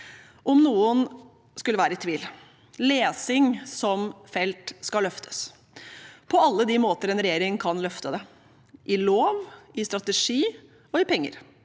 Om noen skulle være i tvil: Lesing som felt skal løftes på alle de måter en regjering kan løfte det – i lov, i strategi og i penger.